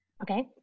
Okay